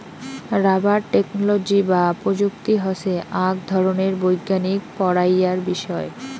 rubber technology বা প্রযুক্তি হসে আক ধরণের বৈজ্ঞানিক পড়াইয়ার বিষয়